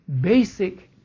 basic